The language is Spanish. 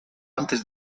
antes